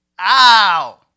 ow